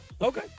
Okay